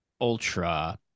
Ultra